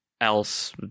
else